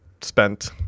spent